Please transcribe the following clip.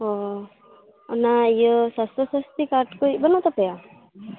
ᱚ ᱚᱱᱟ ᱤᱭᱟ ᱥᱟᱥᱛᱷᱚ ᱥᱟᱥᱛᱷᱤ ᱠᱟᱨᱰ ᱠᱚ ᱵᱟ ᱱᱩᱜ ᱛᱟᱯᱮᱭᱟ